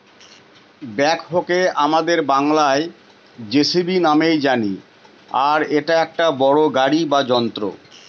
ব্যাকহোকে আমাদের বাংলায় যেসিবি নামেই জানি আর এটা একটা বড়ো গাড়ি বা যন্ত্র